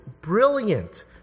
brilliant